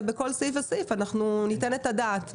ובכל סעיף וסעיף אנחנו ניתן את הדעת.